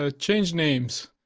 ah change names.